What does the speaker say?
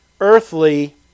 earthly